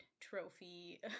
trophy